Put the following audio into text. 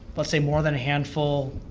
let's say more than a handful,